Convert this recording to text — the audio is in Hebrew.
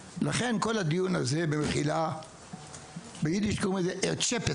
לכן, אם הדבר הזה לא יקודם בחקיקה אז התוצאה